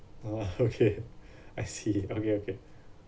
ah okay I see okay okay